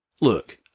look